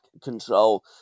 control